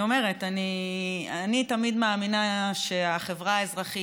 אני תמיד מאמינה שהחברה האזרחית,